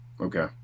Okay